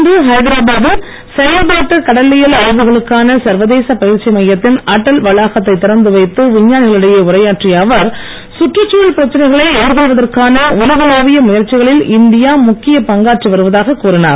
இன்று ஹைதராபாத்தில் செயல்பாட்டுக் கடலியல் ஆய்வுகளுக்கான சர்வதேச பயிற்சி மையத்தின் அடல் வளாகத்தை திறந்து வைத்து விஞ்ஞானிகளிடையே உரையாற்றிய அவர் சுற்றுச்சூழல் பிரச்சனைகளை எதிர்கொள்வதற்கான உலகளாவிய முயற்சிகளில் இந்தியா முக்கிய பங்காற்றி வருவதாக கூறினார்